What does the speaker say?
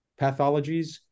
pathologies